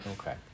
Okay